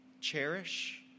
cherish